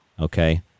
Okay